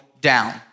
down